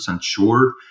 sure